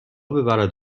ببرد